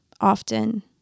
often